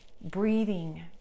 breathing